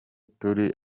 turi